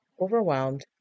overwhelmed